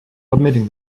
submitting